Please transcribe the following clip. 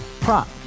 prop